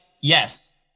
Yes